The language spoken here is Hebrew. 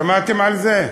שמעתם על זה?